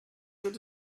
good